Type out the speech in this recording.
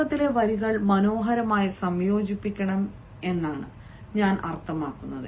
തുടക്കത്തിലെ വരികൾ മനോഹരമായി സംയോജിപ്പിക്കണം എന്നാണ് ഞാൻ അർത്ഥമാക്കുന്നത്